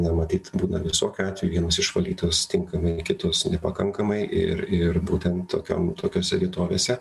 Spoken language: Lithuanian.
na matyt būna visokių atvejų vienos išvalytos tinkamai kitos nepakankamai ir ir būtent tokiom tokiose vietovėse